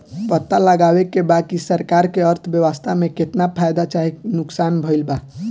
पता लगावे के बा की सरकार के अर्थव्यवस्था में केतना फायदा चाहे नुकसान भइल बा